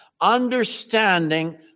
understanding